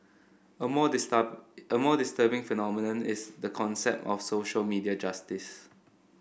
a more a more disturbing phenomenon is the concept of social media justice